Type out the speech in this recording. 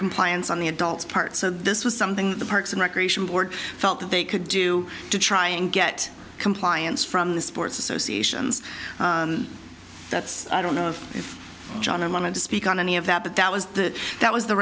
compliance on the adults part so this was something the parks and recreation board felt they could do to try and get compliance from the sports associations that i don't know if john and wanted to speak on any of that but that was the that was the